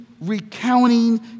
recounting